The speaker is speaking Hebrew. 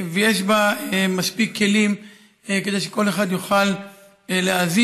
ויש בה מספיק כלים כדי שכל אחד יוכל להאזין,